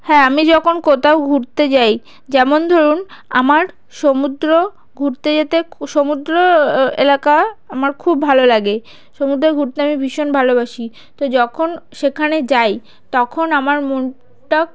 হ্যাঁ আমি যখন কোথাও ঘুরতে যাই যেমন ধরুন আমার সমুদ্র ঘুরতে যেতে সমুদ্র এলাকা আমার খুব ভালো লাগে সমুদ্র ঘুরতে আমি ভীষণ ভালোবাসি তো যখন সেখানে যাই তখন আমার মনটা